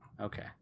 Okay